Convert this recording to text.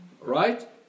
Right